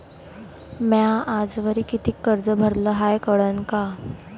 म्या आजवरी कितीक कर्ज भरलं हाय कळन का?